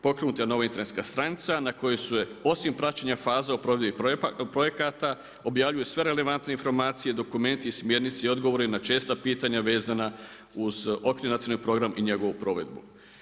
Pokrenuta je nova internetska stranica na kojoj su je osim praćenja faza u prodaji projekata objavljuju sve relevantne informacije, dokumenti i smjernice i odgovori na česta pitanja vezana uz Okvirni nacionalni program i njegovu provedbu.